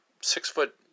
six-foot